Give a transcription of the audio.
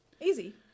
Easy